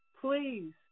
Please